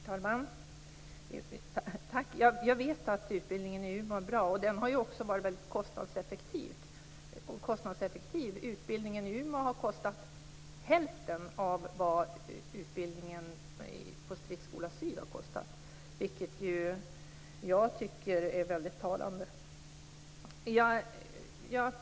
Herr talman! Jag vet att utbildningen i Umeå är bra. Den har också varit mycket kostnadseffektiv. Utbildningen i Umeå har kostat hälften av vad utbildningen på Stridsskola Syd har kostat, vilket jag tycker är mycket talande.